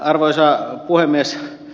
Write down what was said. arvoisa puhemies